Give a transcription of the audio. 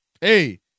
Hey